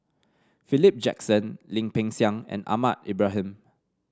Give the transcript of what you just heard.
Philip Jackson Lim Peng Siang and Ahmad Ibrahim